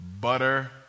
butter